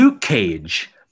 cage